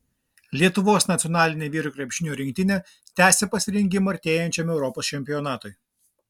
lietuvos nacionalinė vyrų krepšinio rinktinė tęsią pasirengimą artėjančiam europos čempionatui